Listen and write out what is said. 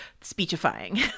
speechifying